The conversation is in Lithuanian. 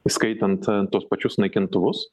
įskaitant tuos pačius naikintuvus